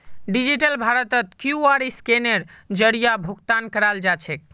digital भारतत QR scanner जरीए भुकतान कराल जाछेक